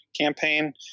campaign